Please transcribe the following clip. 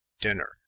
dinner